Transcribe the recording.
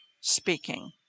speaking